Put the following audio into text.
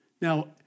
Now